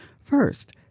First